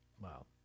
Wow